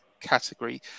category